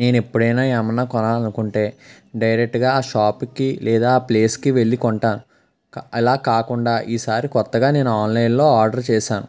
నేను ఎప్పుడైనా ఏమైన్నా కొనాలి అనుకుంటే డైరెక్ట్గా ఆ షాప్కి లేదా ఆ ప్లేస్కి వెళ్ళి కొంటాను అలా కాకుండా ఈసారి కొత్తగా నేను ఆన్లైన్లో ఆర్డర్ చేశాను